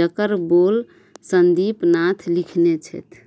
जकर बोल सन्दीपनाथ लिखने छथि